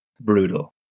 brutal